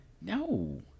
No